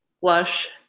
flush